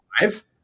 five